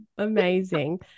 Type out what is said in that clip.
Amazing